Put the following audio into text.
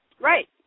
Right